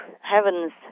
Heavens